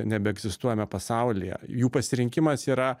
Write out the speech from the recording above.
nebeegzistuojame pasaulyje jų pasirinkimas yra